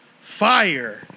Fire